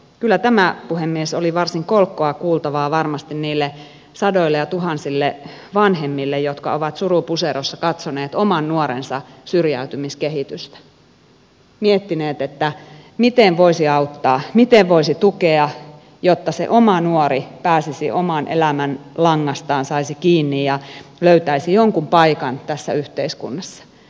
kyllä tämä puhemies oli varsin kolkkoa kuultavaa varmasti niille sadoille ja tuhansille vanhemmille jotka ovat suru puserossa katsoneet oman nuorensa syrjäytymiskehitystä miettineet miten voisi auttaa miten voisi tukea jotta se oma nuori omasta elämänlangastaan saisi kiinni ja löytäisi jonkun paikan tässä yhteiskunnassa